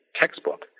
textbook